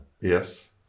Yes